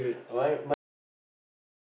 my my favorite would be